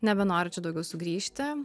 nebenoriu čia daugiau sugrįžti